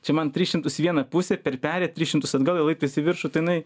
čia man tris šimtus į vieną pusę per perėją tris šimtus atgal laiptais į viršų tai jinai